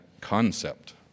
concept